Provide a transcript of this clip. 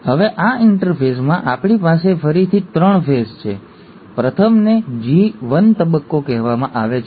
હવે આ ઈન્ટરફેઝમાં આપણી પાસે ફરીથી ત્રણ ફેઝઓ છે પ્રથમને G1 તબક્કો કહેવામાં આવે છે